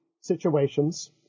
situations